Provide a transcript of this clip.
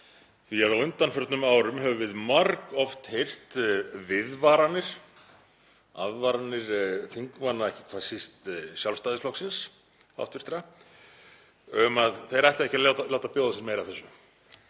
Því að á undanförnum árum höfum við margoft heyrt viðvaranir, aðvaranir hv. þingmanna, ekki hvað síst Sjálfstæðisflokksins, um að þeir ætluðu ekki að láta bjóða sér meira af þessu